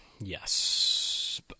yes